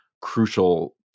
crucial